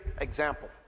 example